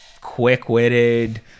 quick-witted